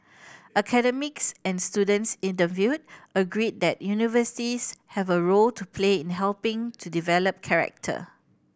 academics and students interviewed agreed that universities have a role to play in helping to develop character